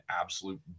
absolute